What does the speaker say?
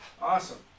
awesome